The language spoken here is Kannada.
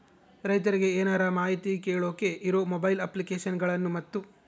ರೈತರಿಗೆ ಏನರ ಮಾಹಿತಿ ಕೇಳೋಕೆ ಇರೋ ಮೊಬೈಲ್ ಅಪ್ಲಿಕೇಶನ್ ಗಳನ್ನು ಮತ್ತು?